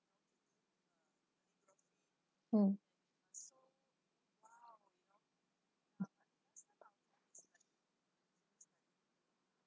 hmm mm